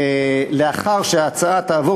ולאחר שהצעה תעבור,